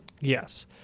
Yes